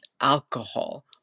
alcohol